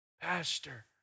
pastor